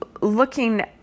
looking